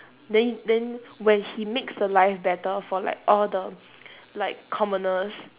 then then when he makes life better for like all the like commoners